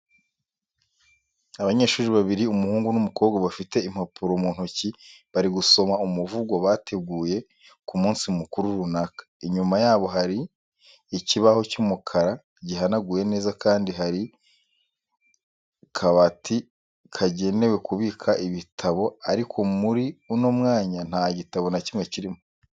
Abanyeshuri babiri umuhungu n'umukobwa bafite impapuro mu ntoki bari gusoma umuvugo bateguye ku munsi mukuru runaka. Inyuma yabo hari ikibaho cy'umukara gihanaguye neza kandi hari kabati kagenewe kubika ibitabo ariko muri uno mwanya nta gitabo na kimwe kirimo.